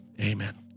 Amen